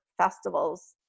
festivals